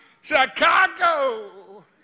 Chicago